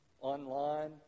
online